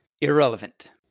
Irrelevant